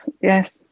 yes